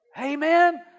Amen